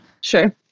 Sure